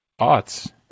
aughts